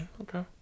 Okay